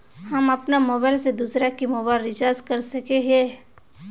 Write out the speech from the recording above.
हम अपन मोबाईल से दूसरा के मोबाईल रिचार्ज कर सके हिये?